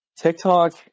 TikTok